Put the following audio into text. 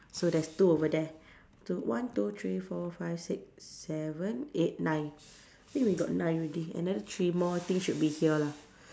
so there's two over there two one two three four five six seven eight nine I think we got nine already another three more think should be here lah